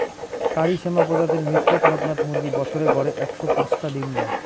কারি শ্যামা প্রজাতির মিশ্র কড়কনাথ মুরগী বছরে গড়ে একশো পাঁচটা ডিম দ্যায়